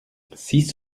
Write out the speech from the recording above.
six